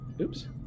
Oops